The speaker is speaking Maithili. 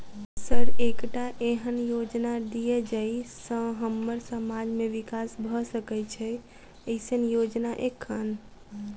सर एकटा एहन योजना दिय जै सऽ हम्मर समाज मे विकास भऽ सकै छैय एईसन योजना एखन?